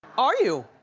are you?